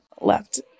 left